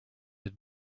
had